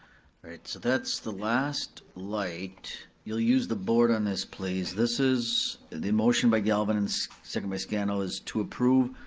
so that's the last light. you'll use the board on this, please, this is the motion by galvin and seconded by scannell is to approve,